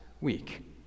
week